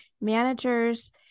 managers